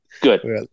good